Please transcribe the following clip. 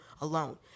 alone